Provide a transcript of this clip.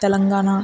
Telangana